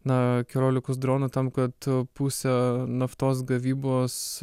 na keliolikos dronų tam kad pusę naftos gavybos